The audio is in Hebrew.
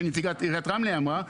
שנציגת עיריית רמלה אמרה,